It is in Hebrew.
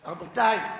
רבותי,